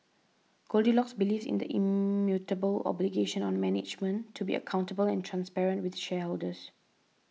goldilocks believes in the immutable obligation on management to be accountable and transparent with shareholders